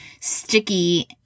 sticky